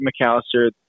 McAllister